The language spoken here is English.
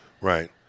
Right